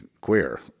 queer